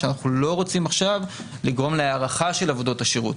שאנחנו לא רוצים עכשיו לגרום להארכה של עבודות השירות.